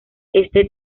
este